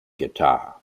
guitar